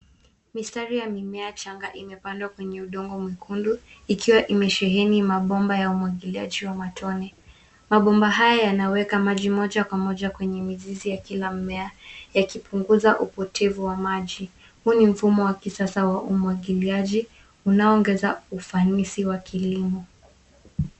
Mistari ya mimea changa imepandwa kwenye udongo mwekundu ikiwa imesheheni mabomba ya umwagiliaji wa matone. Mabomba haya yanaweka maji moja kwa moja kwenye mizizi ya kila mmea yakipunguza upotevu wa maji. Huu ni mfumo wa kisasa wa umwagiliaji unaoongeza ufanisi wa kilimo.